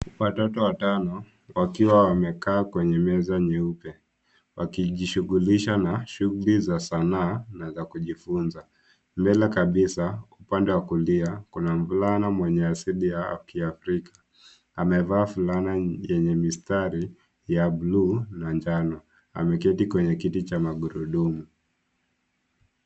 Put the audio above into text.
Watoto watano, wakiwa wamekaa kwenye meza nyeupe, wakijishughulisha na shughuli za sanaa na za kujifunza. Mbele kabisa, upande wa kulia, kuna mvulana mwenye asili ya kiafrika. Amevaa fulana yenye mistari, ya buluu na njano. Ameketi kwenye kiti cha magurudumu.